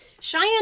Cheyenne